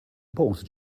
both